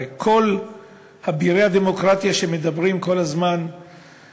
הרי כל אבירי הדמוקרטיה שמדברים כל הזמן על